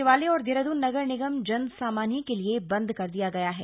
सचिवालय और देहरादुन नगर निगम जनसामान्य के लिए बंद कर दिया गया है